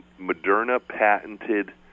Moderna-patented